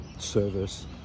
service